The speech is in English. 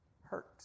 hurt